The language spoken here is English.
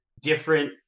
different